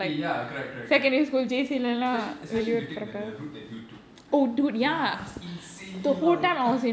eh ya correct correct correct especially especially if you take the the route that you took ya that was insanely